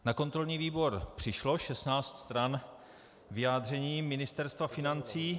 Na kontrolní výbor přišlo šestnáct stran vyjádření Ministerstva financí.